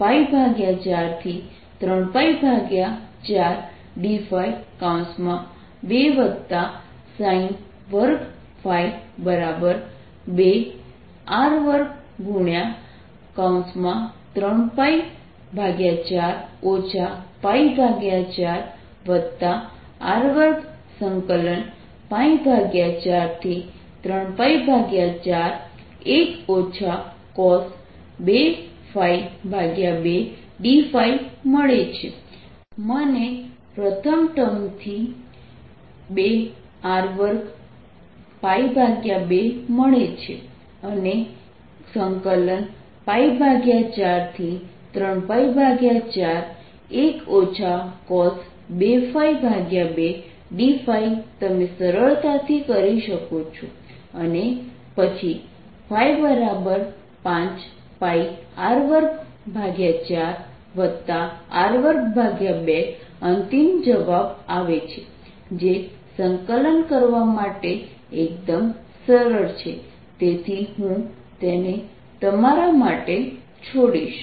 dS43π4dϕ01dz R22sin2ϕ અને તો મને આ ϕR243π4dϕ2sin22R23π4 4R243π41 cos2ϕ2dϕ મળે છે મને પ્રથમ ટર્મથી 2R2 π2 મળે છે અને અને 43π41 cos2ϕ2dϕ તમે સરળતાથી કરી શકો છો અને પછી ϕ5πR24R22 અંતિમ જવાબ આવે છે જે સંકલન કરવા માટે એકદમ સરળ છે તેથી હું તેને તમારા માટે છોડીશ